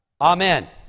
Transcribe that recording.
Amen